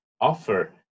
offer